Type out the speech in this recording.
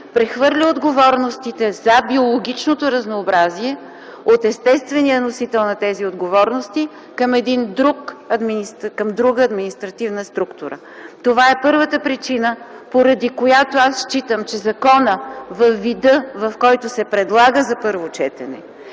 прехвърля отговорностите за биологичното разнообразие от естествения носител на тези отговорности към една друга административна структура. Това е първата причина, поради която аз считам, че законът във вида, в който се предлага за първо четене,